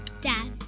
Dad